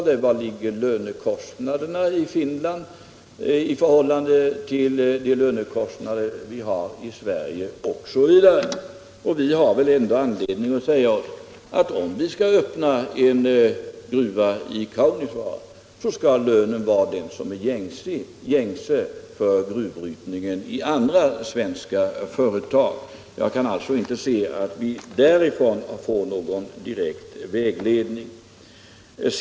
På vilken nivå ligger lönerna i Finland i förhållande till de lönekostnader vi har i Sverige? Vi har väl ändå anledning att säga oss att om vi skall öppna en gruva i Kaunisvaara så skall lönen vara den som är gängse för gruvbrytning i andra svenska företag. Jag kan alltså inte se att vi därifrån får någon avgörande vägledning.